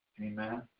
Amen